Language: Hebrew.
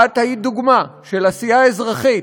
את היית דוגמה של עשייה אזרחית.